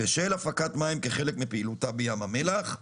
בשל הפקת מים כחלק מפעילותה בים המלח",